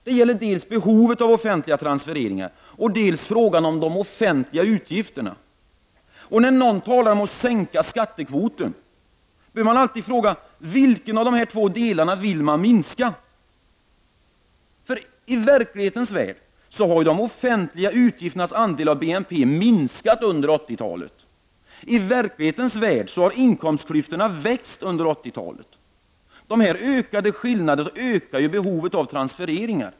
Det gäller dels behovet av offentliga transfereringar, dels frågan om de offentliga utgifterna. När någon talar om att sänka skattekvoten bör man alltid fråga vilken av dessa två delar man vill minska. I verklighetens värld har de offentliga utgifternas andel av BNP minskat under 80-talet. I verklighetens värld har inkomstklyftorna växt under 80-talet. Dessa ökade skillnader ökar behovet av transfereringar.